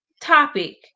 topic